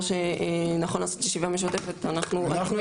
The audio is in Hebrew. שנכון לעשות ישיבה משותפת אנחנו איתם.